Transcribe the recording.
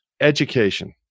Education